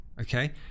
okay